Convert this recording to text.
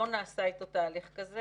לא נעשה איתו תהליך כזה.